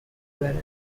برم